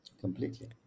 Completely